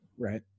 Right